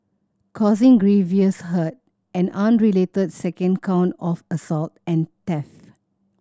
causing grievous hurt an unrelated second count of assault and theft